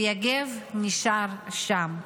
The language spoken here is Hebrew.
ויגב נשאר שם.